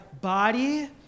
body